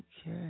Okay